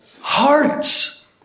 hearts